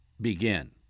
begin